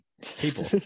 people